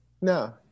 No